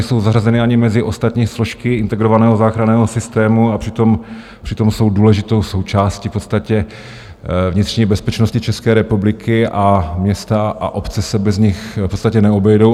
Nejsou zařazeni ani mezi ostatní složky integrovaného záchranného systému, a přitom jsou důležitou součástí v podstatě vnitřní bezpečnosti České republiky a města a obce se bez nich v podstatě neobejdou.